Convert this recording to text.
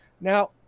now